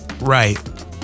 right